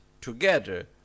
together